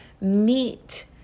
meet